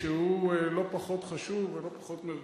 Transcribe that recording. שהוא לא פחות חשוב ולא פחות מרכזי.